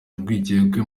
urwikekwe